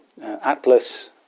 Atlas